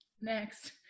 Next